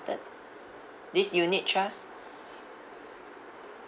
~ted this unit trust